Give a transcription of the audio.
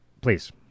please